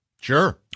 Sure